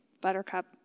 Buttercup